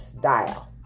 Dial